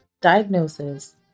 diagnosis